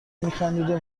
میخندید